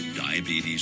diabetes